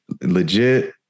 legit